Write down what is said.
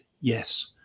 yes